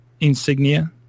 insignia